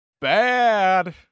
Bad